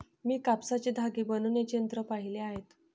मी कापसाचे धागे बनवण्याची यंत्रे पाहिली आहेत